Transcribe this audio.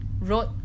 wrote